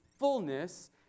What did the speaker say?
Fullness